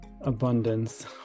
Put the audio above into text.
abundance